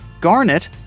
garnet